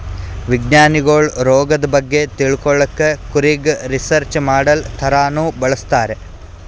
ವಿಜ್ಞಾನಿಗೊಳ್ ರೋಗದ್ ಬಗ್ಗೆ ತಿಳ್ಕೊಳಕ್ಕ್ ಕುರಿಗ್ ರಿಸರ್ಚ್ ಮಾಡಲ್ ಥರಾನೂ ಬಳಸ್ತಾರ್